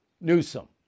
Newsom